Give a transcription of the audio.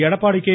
Edappadi K